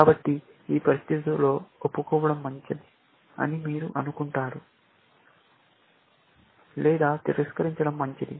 కాబట్టి ఈ పరిస్థితిలో ఒప్పుకోవడం మంచిది అని మీరు అనుకుంటున్నారు లేదా తిరస్కరించడం మంచిది